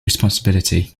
responsibility